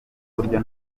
kuburyo